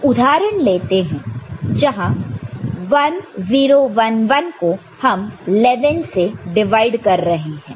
तो उदाहरण लेते हैं जहां 1 0 1 1 को हम 1 1 से डिवाइड कर रहे हैं